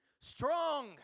strong